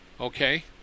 Okay